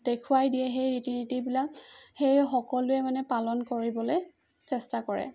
দেখুৱাই দিয়ে সেই ৰীতি নীতিবিলাক সেয়ে সকলোৱে মানে পালন কৰিবলৈ চেষ্টা কৰে